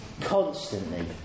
constantly